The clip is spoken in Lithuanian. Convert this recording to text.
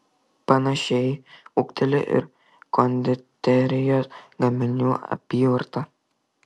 panašiai ūgteli ir konditerijos gaminių apyvarta